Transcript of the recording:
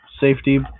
safety